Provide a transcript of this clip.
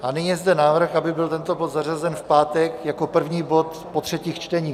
A nyní je zde návrh, aby byl tento bod zařazen v pátek jako první bod po třetích čteních.